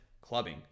clubbing